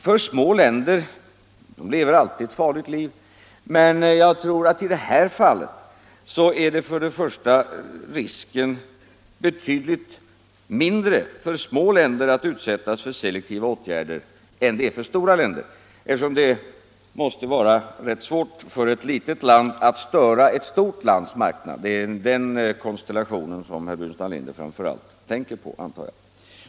För små länder, som alltid lever ett farligt liv, tror jag för det första att risken för att utsättas för selektiva åtgärder är betydligt mindre än för stora länder. Det måste vara rätt svårt för ett litet land att störa ett stort lands marknad. Det är den konstellationen herr Burenstam Linder framför allt tänker på.